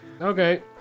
Okay